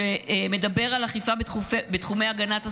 שמדבר על אכיפה בתחומי הגנת הסביבה.